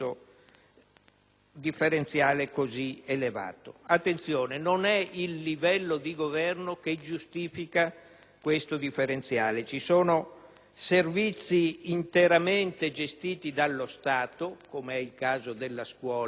un differenziale così elevato. Attenzione: non è il livello di governo che giustifica questo differenziale. Ci sono servizi interamente gestiti dallo Stato (è il caso della scuola)